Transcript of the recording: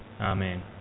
Amen